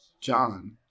John